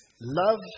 love